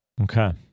Okay